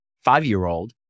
five-year-old